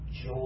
joy